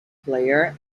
player